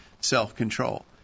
self-control